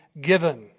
given